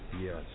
Yes